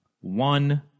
One